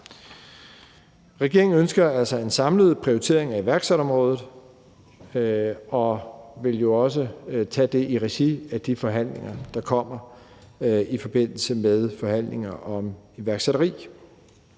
Regeringen ønsker altså en samlet prioritering af iværksætterområdet og vil jo også tage det i regi af de forhandlinger, der kommer i forbindelse med forhandlingerne om iværksætteri,